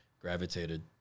gravitated